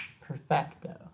Perfecto